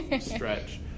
stretch